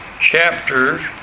chapters